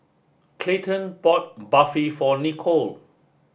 Clayton bought Barfi for Nicolle